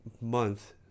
month